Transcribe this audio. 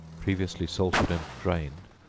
previously salted and drained,